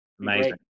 Amazing